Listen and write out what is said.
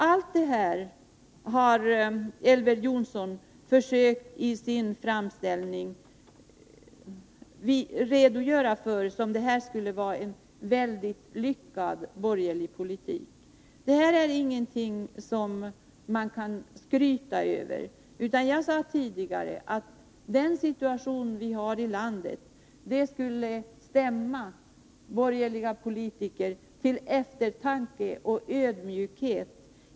Allt det här har Elver Jonsson i sin framställning försökt redogöra för som om det skulle vara resultatet av en mycket lyckad borgerlig politik. Det här är ingenting som man kan skryta över, utan jag sade tidigare att den situation vi hari landet skulle stämma borgerliga politiker till eftertanke och ödmjukhet.